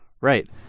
Right